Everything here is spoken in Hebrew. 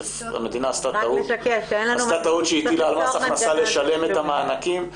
המדינה עשתה טעות שהטילה על מס הכנסה לשלם את המענקים.